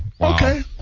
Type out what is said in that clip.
Okay